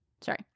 Sorry